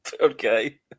okay